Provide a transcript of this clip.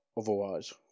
otherwise